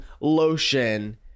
lotion